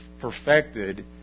perfected